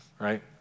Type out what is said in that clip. right